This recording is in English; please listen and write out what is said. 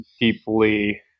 deeply